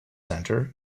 center